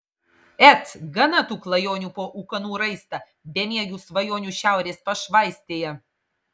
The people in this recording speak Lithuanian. et gana tų klajonių po ūkanų raistą bemiegių svajonių šiaurės pašvaistėje